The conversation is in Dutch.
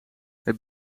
het